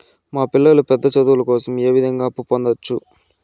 మా పిల్లలు పెద్ద చదువులు కోసం ఏ విధంగా అప్పు పొందొచ్చు?